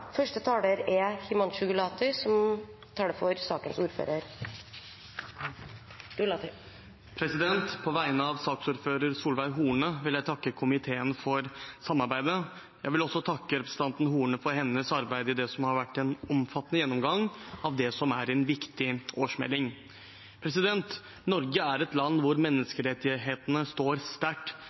På vegne av saksordfører Solveig Horne vil jeg takke komiteen for samarbeidet, og jeg vil takke representanten Horne for hennes arbeid i det som har vært en omfattende gjennomgang av en viktig årsmelding. Norge er et land der menneskerettighetene står sterkt,